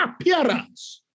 appearance